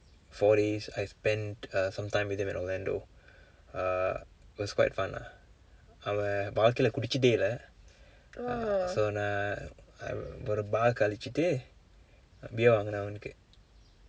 four days I spent uh some time with him in orlando uh it was quite fun ah அவன்:avan bar இல்ல குடித்ததே இல்லை:illa kuditthathae illai so நான் ஒரு:naan oru bar-uku அழைத்துட்டு:azhaiththutdu beer வாங்கினேன் அவனுக்கு:vaangkineen avanukku